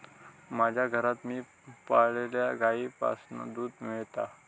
माज्या घरात मी पाळलल्या गाईंपासना दूध मेळता